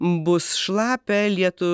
bus šlapia lietų